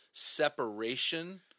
separation